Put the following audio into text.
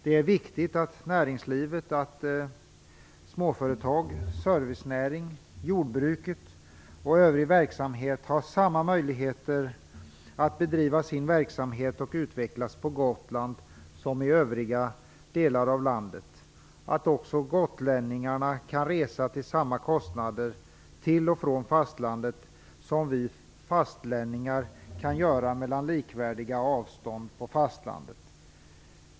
Det är viktigt att näringslivet på Gotland - småföretagen, servicenäringen, jordbruket och övrig verksamhet - har samma möjligheter att bedriva verksamhet och att utvecklas som man har i övriga delar av landet. Det är också viktigt att gotlänningar kan resa till och från fastlandet till samma kostnad som vi fastlänningar har för resor på likvärdiga avstånd på fastlandet.